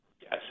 Yes